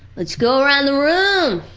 let's go around the room!